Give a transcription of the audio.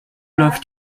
läuft